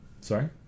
Sorry